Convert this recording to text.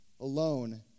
Alone